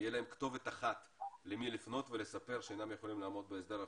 תהיה להם כתובת אחת למי לפנות ולספר שאינם יכולים לעמוד בהסדר החובות.